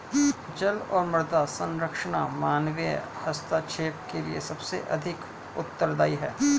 जल और मृदा संरक्षण मानवीय हस्तक्षेप के लिए सबसे अधिक उत्तरदायी हैं